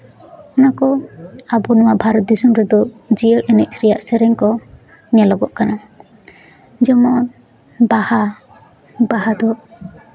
ᱱᱚᱣᱟ ᱠᱚ ᱟᱵᱚ ᱱᱚᱣᱟ ᱵᱷᱟᱨᱚᱛ ᱫᱤᱥᱚᱢ ᱨᱮᱫᱚ ᱡᱤᱭᱟᱹᱲ ᱮᱱᱮᱡ ᱨᱮᱭᱟᱜ ᱥᱮᱨᱮᱧ ᱠᱚ ᱧᱮᱞᱚᱜᱚᱜ ᱠᱟᱱᱟ ᱡᱮᱢᱚᱱ ᱵᱟᱦᱟ ᱵᱟᱦᱟ ᱫᱚ